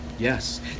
Yes